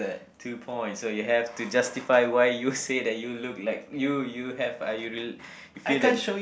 two points so you have to justify why you say that you look like you you have uh you will you feel that